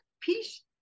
Peace